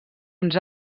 uns